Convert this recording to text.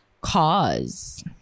Cause